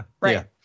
Right